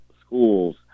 schools